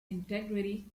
integrity